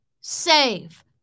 save